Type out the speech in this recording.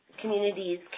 communities